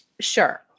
Sure